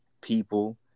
people